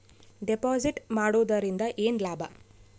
Deposit ಮಾಡುದರಿಂದ ಏನು ಲಾಭ?